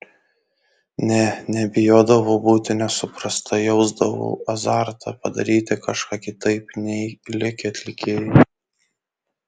ne nebijodavau būti nesuprasta jausdavau azartą padaryti kažką kitaip nei likę atlikėjai